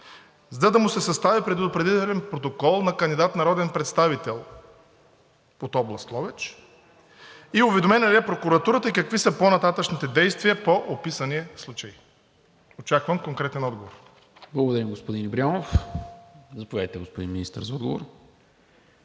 за да му се състави предупредителен протокол на кандидат за народен представител от област Ловеч? Уведомена ли е прокуратурата и какви са по-нататъшните действия по описания случай? Очаквам конкретен отговор. ПРЕДСЕДАТЕЛ НИКОЛА МИНЧЕВ: Благодаря, господин Ибрямов. Заповядайте, господин Министър, за отговор.